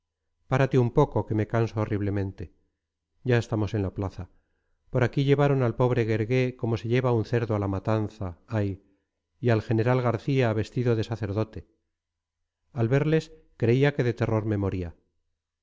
párate un poco que me canso horriblemente ya estamos en la plaza por aquí llevaron al pobre guergué como se lleva un cerdo a la matanza ay y al general garcía vestido de sacerdote al verles creía que de terror